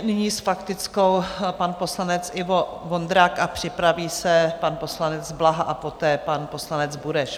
Nyní s faktickou pan poslanec Ivo Vondrák a připraví se pan poslanec Blaha a poté pan poslanec Bureš.